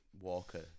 Walker